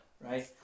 right